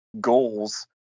goals